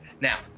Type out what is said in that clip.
Now